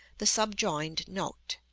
the subjoined note